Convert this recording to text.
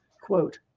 quote